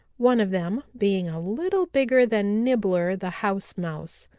one of them being a little bigger than nibbler the house mouse.